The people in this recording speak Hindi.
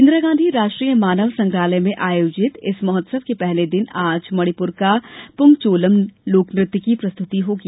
इंदिरा गांधी राष्ट्रीय मानव संग्रहालय में आयोजित इस महोत्सव के पहले दिन आज मणिपुर का पुंगचोलम लोकनृत्य की प्रस्तुति होगी